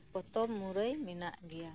ᱯᱚᱛᱚᱵᱽ ᱢᱩᱨᱟᱹᱭ ᱢᱮᱱᱟᱜ ᱜᱮᱭᱟ